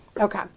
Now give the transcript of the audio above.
Okay